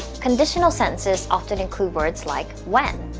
conditional sentences often include words like, when,